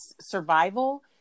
survival